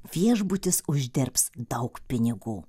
viešbutis uždirbs daug pinigų